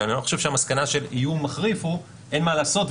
אני לא חושב שהמסקנה של איום מחריף היא שאין מה לעשות,